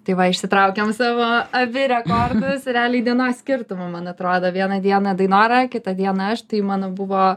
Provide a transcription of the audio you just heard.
tai va išsitraukėm savo abi rekordus realiai dienos skirtumu man atrodo vieną dieną dainora kitą dieną aš tai mano buvo